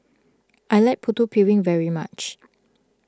I like Putu Piring very much